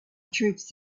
troops